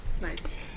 Nice